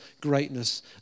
greatness